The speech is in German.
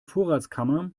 vorratskammer